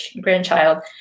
grandchild